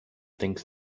thinks